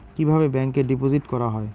কিভাবে ব্যাংকে ডিপোজিট করা হয়?